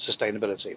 sustainability